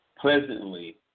pleasantly